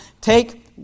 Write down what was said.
take